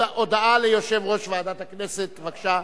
הודעה ליושב-ראש ועדת הכנסת, בבקשה.